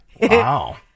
wow